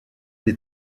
des